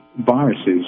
viruses